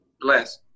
Bless